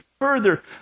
further